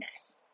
nice